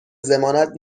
ضمانت